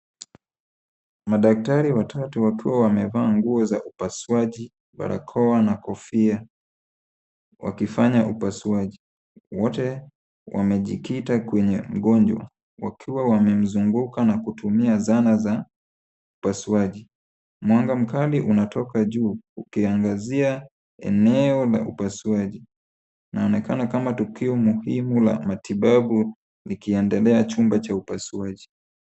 Madaktari watatu wakiwa wamevaa nguo za upasuaji, barakoa na kofia wakifanya upasuaji. Wote wamejikita kwenye mgonjwa wakiwa wamezungukwa na kutumia zana za upasuaji. Mwanga mkali unatoka juu uliangazia eneo la upasuaji. Linaonekana kama tukio muhimu likiendelea katika chumba cha upasuaji.